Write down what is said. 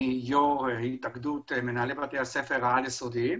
יו"ר התאגדות מנהלי בתי הספר העל יסודיים.